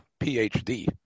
PhD